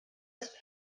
ist